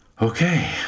Okay